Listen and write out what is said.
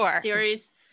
series